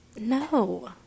No